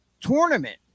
tournament